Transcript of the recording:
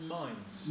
minds